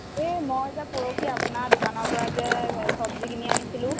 সেই মই যে পৰহি আপোনাৰ দোকানৰ পৰা যে চব্জি কিনি আনিছিলোঁ